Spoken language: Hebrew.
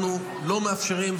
אנחנו לא מאפשרים,